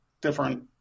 different